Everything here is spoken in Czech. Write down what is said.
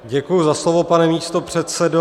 Děkuji za slovo, pane místopředsedo.